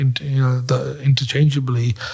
interchangeably